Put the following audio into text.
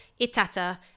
Itata